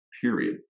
period